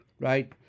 right